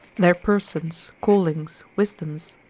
their persons, callings, wisdoms.